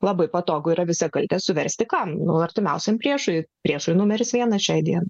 labai patogu yra visą kaltę suversti kam nu artimiausiam priešui priešui numeris vienas šiai dienai